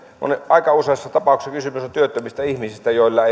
on aika useassa tapauksessa kysymys työttömistä ihmisistä joilla